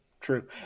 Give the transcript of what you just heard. true